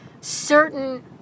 certain